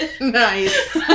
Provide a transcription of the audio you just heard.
Nice